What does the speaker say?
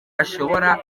ashobora